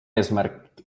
eesmärk